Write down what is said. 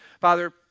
Father